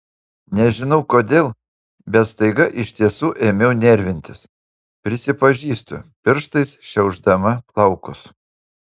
nežinau kodėl bet staiga iš tiesų ėmiau nervintis prisipažįstu pirštais šiaušdama plaukus